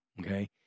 okay